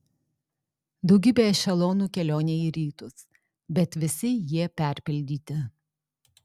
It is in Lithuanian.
daugybė ešelonų kelionei į rytus bet visi jie perpildyti